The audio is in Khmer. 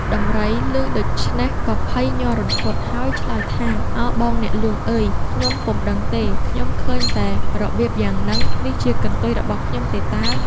ដំរីឮដូច្នេះក៏ភ័យញ័ររន្ធត់ ហើយឆ្លើយថា៖ "ឱបងអ្នកហ្លួងអើយ! ខ្ញុំពុំដឹងទេ ខ្ញុំឃើញតែរបៀបយ៉ាងហ្នឹង នេះជាកន្ទុយរបស់ខ្ញុំទេតើ"។